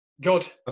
Good